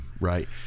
right